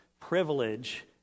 privilege